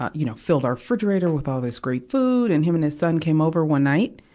ah you know, filled our refrigerator with all this great food. and him and his son came over one night.